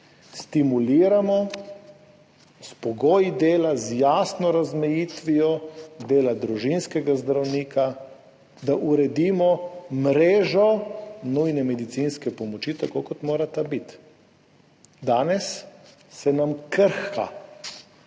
stimuliramo s pogoji dela, z jasno razmejitvijo dela družinskega zdravnika, da uredimo mrežo nujne medicinske pomoči tako, kot mora biti. Danes se nam krha.